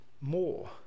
more